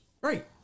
Right